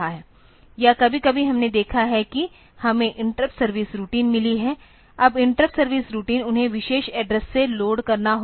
या कभी कभी हमने देखा है कि हमें इंटरप्ट सर्विस रूटीन मिली है अब इंटरप्ट सर्विस रूटीन उन्हें विशेष एड्रेस से लोड करना होगा